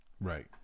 Right